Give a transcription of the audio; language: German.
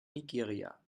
nigeria